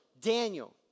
Daniel